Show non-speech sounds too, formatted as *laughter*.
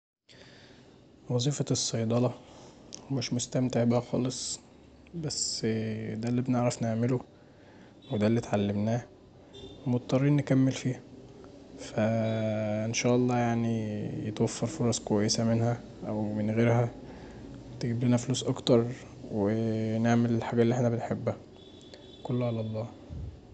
وظيفة الصيدله مش مستمتع بيها خالص بس دا اللي بنعرف نعمله، ودا اللي اتعلمناه مضطرين نكمل فيها *noise* فإن شاء الله يتوفر فرص كويسه منها يعني او من غيرها تجيبلنا فلوس اكتر ونعمل الحاجه اللي احنا بنحبها، كله علي الله.